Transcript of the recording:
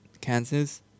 Kansas